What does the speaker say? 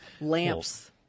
lamps